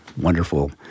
wonderful